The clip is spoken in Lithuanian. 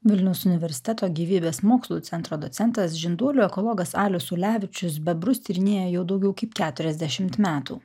vilniaus universiteto gyvybės mokslų centro docentas žinduolių ekologas alius ulevičius bebrus tyrinėja jau daugiau kaip keturiasdešimt metų